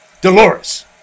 Dolores